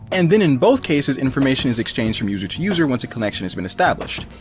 and then in both cases information is exchanged from user to user once a connection has been established.